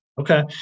Okay